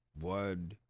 one